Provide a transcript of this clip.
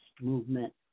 movement